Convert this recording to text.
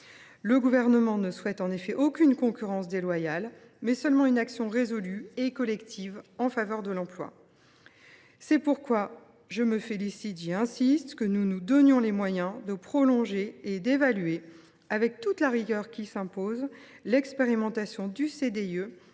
Le Gouvernement ne souhaite en effet aucune concurrence déloyale. Il veut seulement engager une action résolue et collective en faveur de l’emploi. C’est pourquoi je me félicite, j’y insiste, que nous puissions nous donner les moyens de prolonger et d’évaluer, avec toute la rigueur qui s’impose, l’expérimentation du CDIE